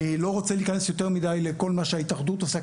אני לא רוצה להיכנס יותר מדי לכל מה שההתאחדות עושה,